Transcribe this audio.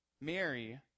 Mary